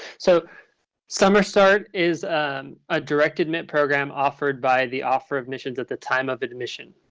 so summer start is a direct admit program offered by the offer admission at the time of admission.